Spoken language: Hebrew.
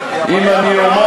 אני אומר,